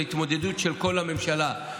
התמודדות של כל הממשלה,